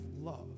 love